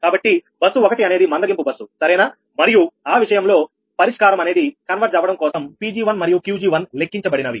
కాబట్టి బస్సు 1అనేది మందగింపు బస్సు సరేనా మరియు ఆ విషయంలో పరిష్కారం అనేది కన్వర్జ్ అవ్వడం కోసం 𝑃𝑔1 మరియు 𝑄𝑔1 లెక్కించబడినవి